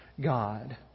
God